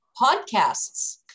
podcasts